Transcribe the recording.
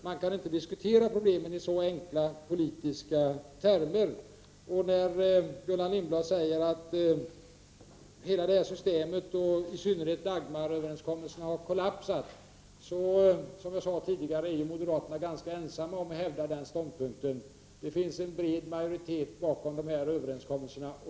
Man kan inte diskutera i så enkla politiska termer. Gullan Lindblad säger att hela detta system, och i synnerhet Dagmaröverenskommelsen, har kollapsat. Som jag sade tidigare är moderaterna ganska ensamma om att hävda den ståndpunkten. Det finns en bred majoritet bakom dessa överenskommelser.